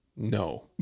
No